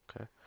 Okay